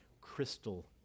crystal